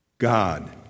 God